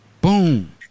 boom